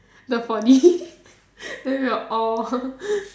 the four D then we'll all